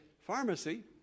pharmacy